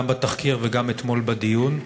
גם בתחקיר וגם אתמול בדיון,